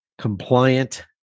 compliant